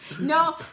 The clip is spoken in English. No